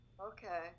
Okay